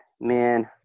Man